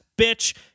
bitch